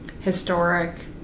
historic